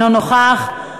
אינו נוכח,